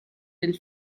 del